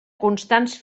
constants